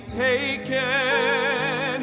taken